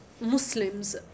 Muslims